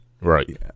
Right